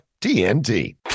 TNT